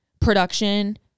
production